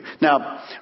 Now